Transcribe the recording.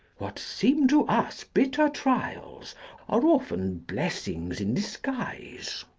what seem to us bitter trials are often blessings in disguise.